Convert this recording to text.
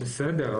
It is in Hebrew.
בסדר,